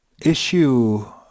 issue